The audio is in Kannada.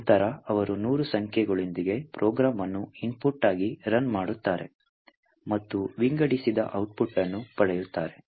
ನಂತರ ಅವರು ನೂರು ಸಂಖ್ಯೆಗಳೊಂದಿಗೆ ಪ್ರೋಗ್ರಾಂ ಅನ್ನು ಇನ್ಪುಟ್ ಆಗಿ ರನ್ ಮಾಡುತ್ತಾರೆ ಮತ್ತು ವಿಂಗಡಿಸಿದ ಔಟ್ಪುಟ್ ಅನ್ನು ಪಡೆಯುತ್ತಾರೆ